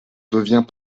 devient